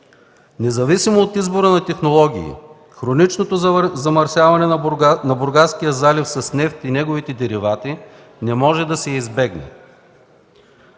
Независимо от избора на технологии, хроничното замърсяване на Бургаския залив с нефт и неговите деривати не може да се избегне.